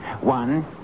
One